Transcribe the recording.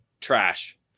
trash